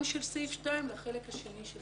של סעיף (2) לחלק השני של סעיף (2).